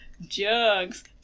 Jugs